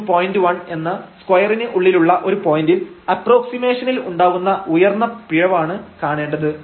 1 എന്ന സ്ക്വയറിന് ഉള്ളിലുള്ള ഒരു പോയന്റിൽ അപ്പ്രോക്സിമിഷനിൽ ഉണ്ടാവുന്ന ഉയർന്ന പിഴവ് ആണ് കാണേണ്ടത്